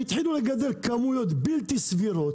והתחילו לגדל כמויות בלתי סבירות,